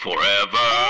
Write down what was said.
Forever